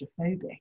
claustrophobic